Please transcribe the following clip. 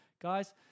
Guys